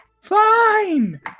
Fine